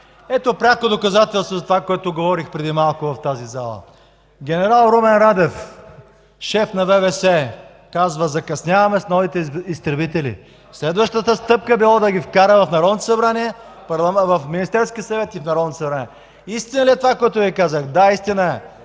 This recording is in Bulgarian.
Ето пряко доказателство за това, което говорих преди малко в тази зала. Генерал Румен Радев – шеф на Военновъздушните сили, казва: „Закъсняваме с новите изтребители.” Следващата стъпка била да ги вкара в Министерския съвет и в Народното събрание. Истина ли е това, което Ви казвах?! Да, истина е